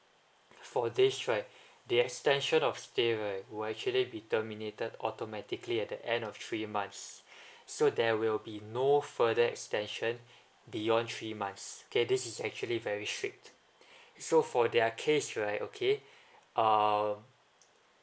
for this right the extension of stay right would actually be terminated automatically at the end of three months so there will be no further extension beyond three months okay this is actually very straight so for their case right okay uh